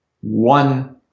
one